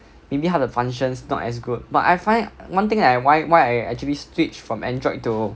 maybe 他的 functions not as good but I find one thing I why why I actually switch from Android to